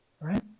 right